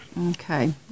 Okay